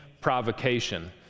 provocation